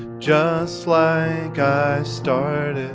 john sly guy started